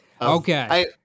Okay